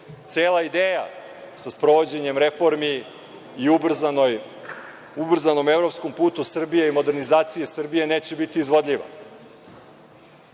cela ideja sa sprovođenjem reformi i ubrzanom evropskom putu Srbije i modernizaciji Srbije neće biti izvodljiva. Ja